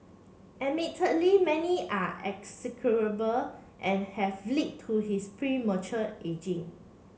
admittedly many are execrable and have led to his premature ageing